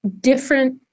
different